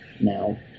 now